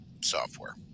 software